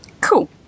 Cool